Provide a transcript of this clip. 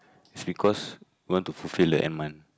because want to fulfill the end month